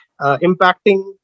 impacting